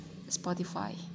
Spotify